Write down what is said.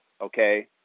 okay